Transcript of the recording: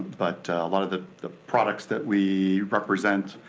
but a lot of the the products that we represent